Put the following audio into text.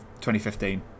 2015